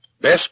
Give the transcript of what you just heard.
Best